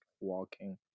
walking